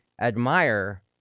admire